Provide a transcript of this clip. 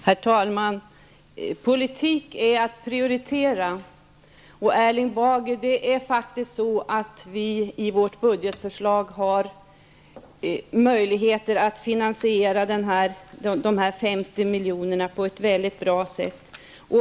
Herr talman! Politik är att prioritera. Det är faktiskt så, Erling Bager, att vi i vårt budgetförslag har möjligheter att finansiera dessa 50 milj.kr. på ett mycket bra sätt.